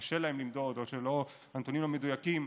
קשה למדוד או שהנתונים לא מדויקים,